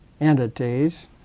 entities